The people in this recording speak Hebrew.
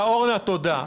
דיכטר ואורנה, תודה.